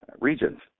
regions